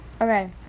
Okay